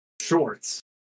shorts